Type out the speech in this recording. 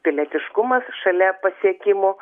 pilietiškumas šalia pasiekimų